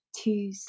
two